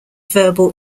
verbal